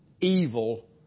evil